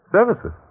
Services